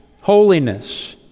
holiness